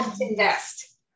Invest